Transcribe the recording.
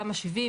תמ"א 70,